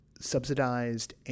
subsidized